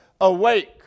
awake